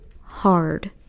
hard